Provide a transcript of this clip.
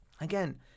Again